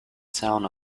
town